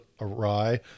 awry